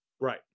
Right